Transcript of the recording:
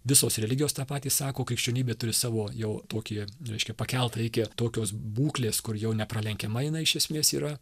visos religijos tą patį sako krikščionybė turi savo jau tokį reiškia pakeltą iki tokios būklės kur jau nepralenkiama jinai iš esmės yra